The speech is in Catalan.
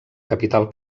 capital